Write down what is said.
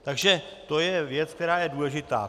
Takže to je věc, která je důležitá.